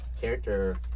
character